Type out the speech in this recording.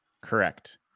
Correct